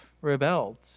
rebelled